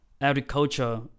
agriculture